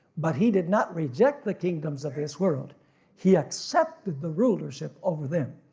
but he did not reject the kingdoms of his world he accepted the rulership over them.